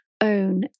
own